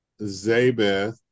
Zabeth